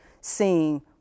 seeing